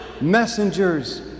messengers